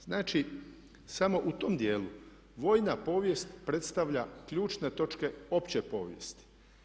Znači samo u tom dijelu vojna povijest predstavlja ključne točke opće povijesti.